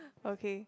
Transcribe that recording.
okay